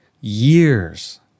years